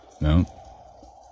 No